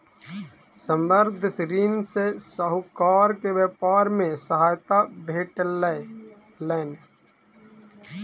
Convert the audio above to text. संबंद्ध ऋण सॅ साहूकार के व्यापार मे सहायता भेटलैन